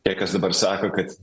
tie kas dabar sako kad